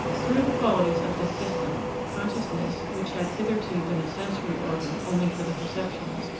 through the qualities of this system, consciousness, which had hitherto been a sensory organ only for the perceptions,